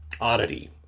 oddity